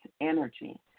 energy